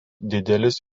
didelis